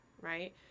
right